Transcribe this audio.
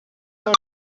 pel